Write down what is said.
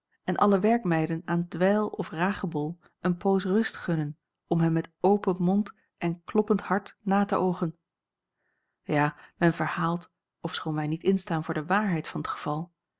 en alle werkmeiden aan dweil of ragebol een poos rust gunnen om hem met open mond en kloppend hart na te oogen ja men verhaalt ofschoon wij niet instaan voor de waarheid van t geval